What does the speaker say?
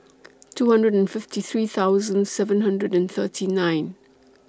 two hundred and fifty three thousand seven hundred and thirty nine